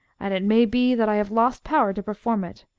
and it may be that i have lost power to perform it.